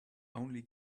only